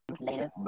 Later